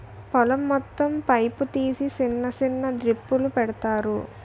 పొలం మొత్తం పైపు తీసి సిన్న సిన్న డ్రిప్పులు పెడతారు